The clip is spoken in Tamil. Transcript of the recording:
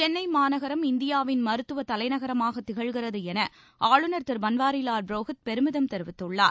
சென்னை மாநகரம் இந்தியாவின் மருத்துவத் தலைநகரமாகத் திகழ்கிறது என ஆளுநர் திரு பன்வாரிலால் புரோஹித் பெருமிதம் தெரிவித்துள்ளார்